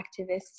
activists